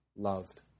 Loved